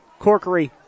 Corkery